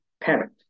parent